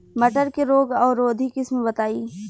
मटर के रोग अवरोधी किस्म बताई?